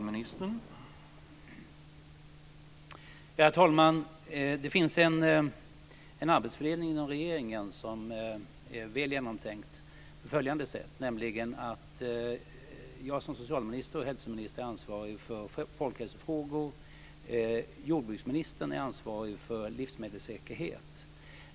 Herr talman! Det finns en arbetsfördelning inom regeringen som är väl genomtänkt på följande sätt: Jag som socialminister och hälsominister är ansvarig för folkhälsofrågor. Jordbruksministern är ansvarig för livsmedelssäkerhet.